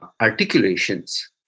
articulations